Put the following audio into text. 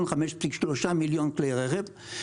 5.3 מיליון כלי רכב.